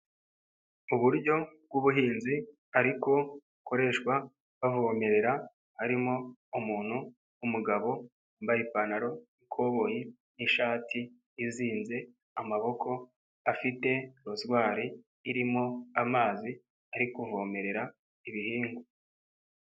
Uburyo bw'ubuhinzi ariko bukoreshwa bavomerera harimo umuntu w'umugabo wambaye ipantaro y'ikoboyi n'ishati izinze amaboko afite rozwari irimo amazi ari kuvomerera ibihingwa.